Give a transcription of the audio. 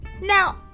Now